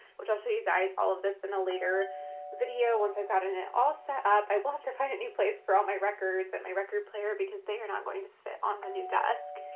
which i'll show you guys all of this in a later video once i've gotten it all set up. i will have to find a new place for all my records and my record player because they are not going to fit on the new desk,